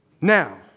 now